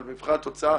אבל מבחינת תוצאה